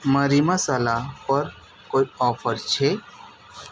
મરી મસાલા પર કોઈ ઓફર છે